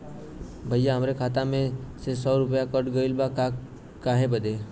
भईया हमरे खाता में से सौ गो रूपया कट गईल बा काहे बदे?